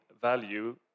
value